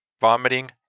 vomiting